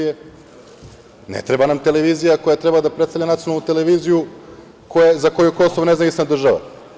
Ne treba nam televizija koja treba da predstavlja nacionalnu televiziju za koju je Kosovo nezavisna država.